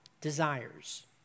desires